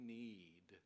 need